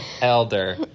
elder